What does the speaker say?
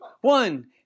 one